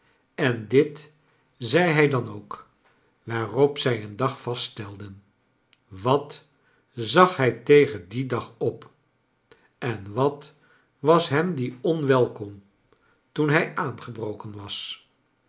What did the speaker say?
en dit zei hij dan ook waarop zij een dag vasts t elden wat zag hij tegen dien dag op en wat was hem die onwelkom toen hij aangebroken was